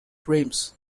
dreams